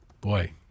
boy